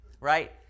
right